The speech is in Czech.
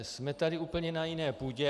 Jsme tady úplně na jiné půdě.